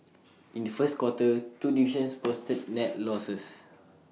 in the first quarter two divisions posted net losses